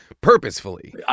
purposefully